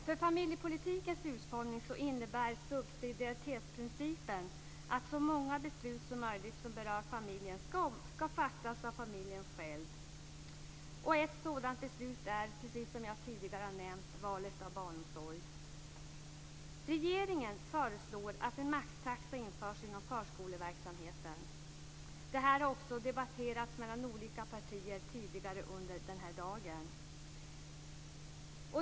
För familjepolitikens utformning innebär subsidiaritetsprincipen att så många beslut som möjligt som berör familjen ska fattas av familjen själv. Ett sådant beslut är, precis som jag tidigare nämnt, valet av barnomsorg. Regeringen föreslår att en maxtaxa införs inom förskoleverksamheten. Det har också debatterats mellan olika partier tidigare under dagen.